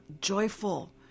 joyful